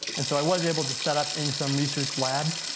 and so i was able to set up in some research labs,